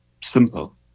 simple